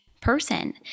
person